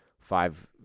five